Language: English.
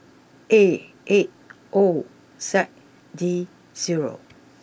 A eight O Z D zero